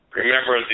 remember